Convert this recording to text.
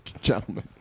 gentlemen